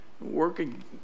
working